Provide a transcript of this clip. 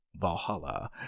Valhalla